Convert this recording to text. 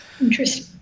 interesting